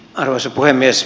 arvoisa puhemies